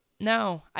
no